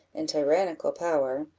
and tyrannical power,